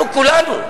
אנחנו כולנו,